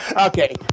okay